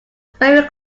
very